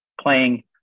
playing